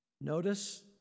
Notice